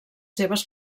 seves